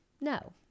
No